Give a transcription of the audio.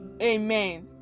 amen